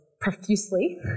profusely